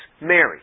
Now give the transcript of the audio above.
Mary